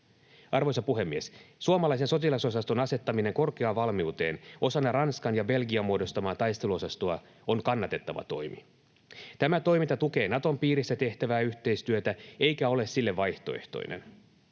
Arvoisa puhemies! Suomalaisen sotilasosaston asettaminen korkeaan valmiuteen osana Ranskan ja Belgian muodostamaa taisteluosastoa on kannatettava toimi. Tämä toiminta tukee Naton piirissä tehtävää yhteistyötä, eikä ole sille vaihtoehtoinen.